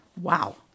Wow